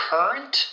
Current